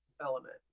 element